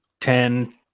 ten